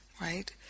right